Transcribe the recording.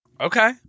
Okay